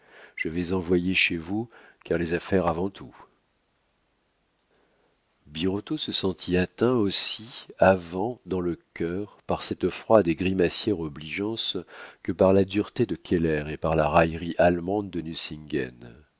je vais envoyer chez vous car les affaires avant tout birotteau se sentit atteint aussi avant dans le cœur par cette froide et grimacière obligeance que par la dureté de keller et par la raillerie allemande de